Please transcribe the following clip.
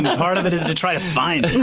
part of it is to try to find